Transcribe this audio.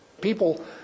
people